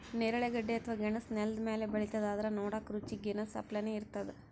ನೇರಳೆ ಗಡ್ಡಿ ಅಥವಾ ಗೆಣಸ್ ನೆಲ್ದ ಮ್ಯಾಲ್ ಬೆಳಿತದ್ ಆದ್ರ್ ನೋಡಕ್ಕ್ ರುಚಿ ಗೆನಾಸ್ ಅಪ್ಲೆನೇ ಇರ್ತದ್